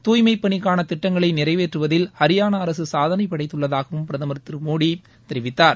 துய்மைப்பணிக்கான திட்டங்களை நிறைவேற்றுவதில் ஹரியானா அரசு சாதனை படைத்துள்ளதாகவும் பிரதமர் மோடி தெரிவித்தார்